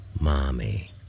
Mommy